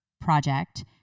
project